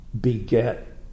beget